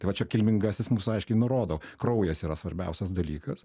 tai va čia kilmingasis mums aiškiai nurodo kraujas yra svarbiausias dalykas